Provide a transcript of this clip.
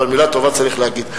אבל מלה טובה צריך להגיד.